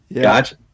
Gotcha